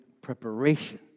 preparation